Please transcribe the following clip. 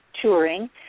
touring